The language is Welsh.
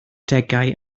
degau